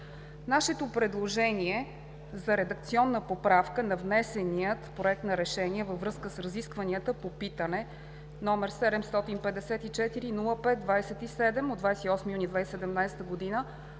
Нашето предложение за редакционна поправка на внесения Проект за решение във връзка с разискванията по питане № 754 05 27 от 28 юни 2017 г.